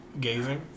Gazing